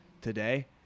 today